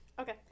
Okay